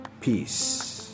peace